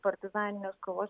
partizaninės kovos